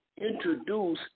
introduce